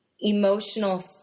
emotional